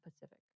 pacific